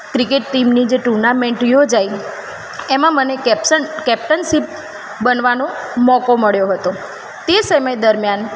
cricket ટીમની જે tournament યોજાઈ તેમાં મને કેપ્સન કેપ્ટનસીપ બનવાનો મોકો મળ્યો હતો તે સમય દરમ્યાન